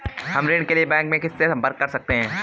हम ऋण के लिए बैंक में किससे संपर्क कर सकते हैं?